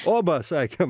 obama sakė